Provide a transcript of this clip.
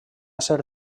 ser